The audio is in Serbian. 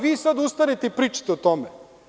Vi sada ustanete i pričate o tome.